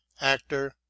actor